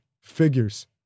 figures